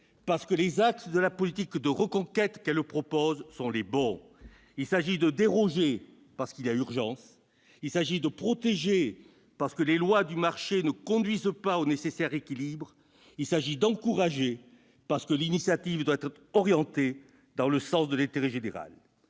parce que les axes de la politique de reconquête qu'elle propose sont les bons : il s'agit de déroger, parce qu'il y a urgence ; il s'agit de protéger, parce que les lois du marché ne conduisent pas à l'équilibre nécessaire ; il s'agit d'encourager, parce que l'initiative doit être orientée dans le sens de l'intérêt général.